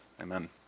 Amen